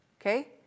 okay